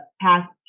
past